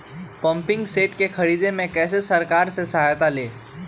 Pumping set के ख़रीदे मे कैसे सरकार से सहायता ले?